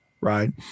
right